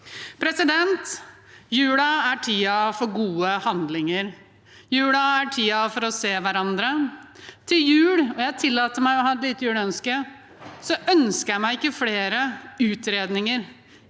sine. Julen er tiden for gode handlinger, og julen er tiden for å se hverandre. Til jul – jeg tillater meg å ha et lite juleønske – ønsker jeg meg ikke flere utredninger.